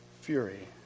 fury